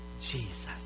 Jesus